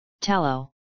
tallow